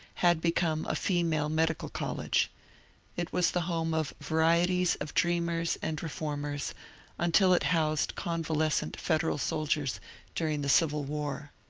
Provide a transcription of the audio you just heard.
had become a female medical college it was the home of varieties of dreamers and reformers until it housed convalescent federal soldiers during the civil war.